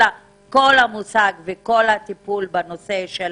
אלא על המושג וכל הטיפול בנושא של